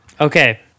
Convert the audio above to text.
Okay